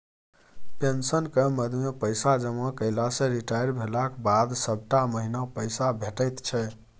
पेंशनक मदमे पैसा जमा कएला सँ रिटायर भेलाक बाद सभटा महीना पैसे भेटैत छै